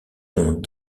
rompt